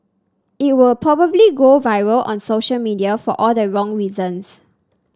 it would probably go viral on social media for all the wrong reasons